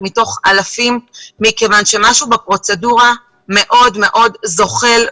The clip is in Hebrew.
מכיוון שמשהו בפרוצדורה מאוד מאוד זוחל,